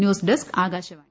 news desk Akashvani